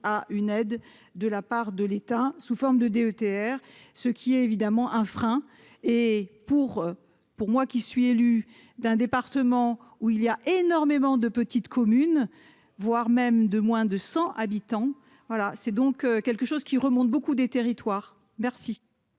à une aide de la part de l'État sous forme de DETR, ce qui est évidemment un frein et pour pour moi qui suis élu d'un département où il y a énormément de petites communes, voire même de moins de 100 habitants, voilà, c'est donc quelque chose qui remonte beaucoup des territoires merci.